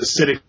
acidic